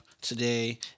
today